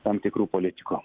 tam tikrų politikų